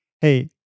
hey